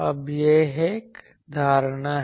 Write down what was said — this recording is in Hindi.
अब यह एक धारणा है